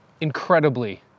incredibly